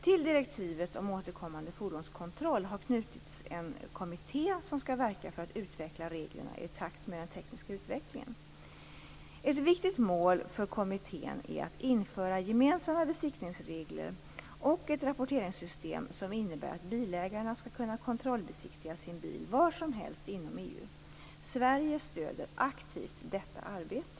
Till direktivet om återkommande fordonskontroll har knutits en kommitté som skall verka för att utveckla reglerna i takt med den tekniska utvecklingen. Ett viktigt mål för kommittén är att införa gemensamma besiktningsregler och ett rapporteringssystem som innebär att bilägarna skall kunna kontrollbesiktiga sin bil var som helst inom EU. Sverige stöder aktivt detta arbete.